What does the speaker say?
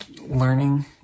learning